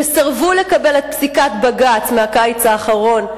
שסירבו לקבל את פסיקת בג"ץ מהקיץ האחרון,